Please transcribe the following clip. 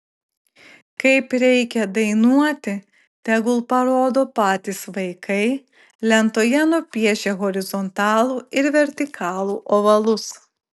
kaip reikia dainuoti tegul parodo patys vaikai lentoje nupiešę horizontalų ir vertikalų ovalus